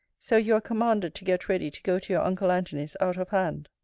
so, you are commanded to get ready to go to your uncle antony's out of hand.